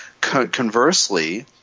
Conversely